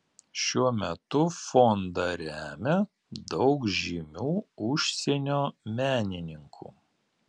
šiuo metu fondą remia daug žymių užsienio menininkų